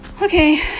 Okay